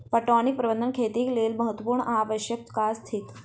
पटौनीक प्रबंध खेतीक लेल महत्त्वपूर्ण आ आवश्यक काज थिक